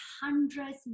hundreds